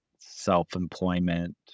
self-employment